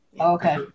Okay